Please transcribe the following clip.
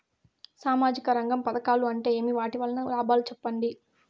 సామాజిక రంగం పథకాలు అంటే ఏమి? వాటి వలన లాభాలు సెప్పండి?